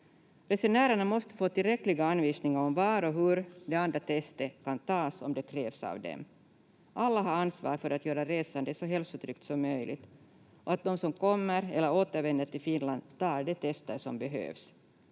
Resenärerna måste få tillräckliga anvisningar om var och hur det andra testet kan tas om det krävs av dem. Alla har ansvar för att göra resandet så hälsotryggt som möjligt och att de som kommer eller återvänder till Finland tar de tester som behövs.